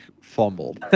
fumbled